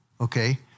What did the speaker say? okay